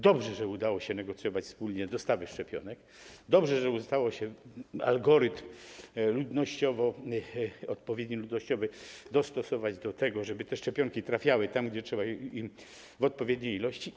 Dobrze, że udało się negocjować wspólnie dostawy szczepionek, dobrze, że udało się algorytm, odpowiedni, ludnościowy, dostosować do tego, żeby te szczepionki trafiały tam, gdzie trzeba, i w odpowiedniej ilości.